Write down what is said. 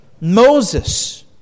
Moses